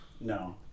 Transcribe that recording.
No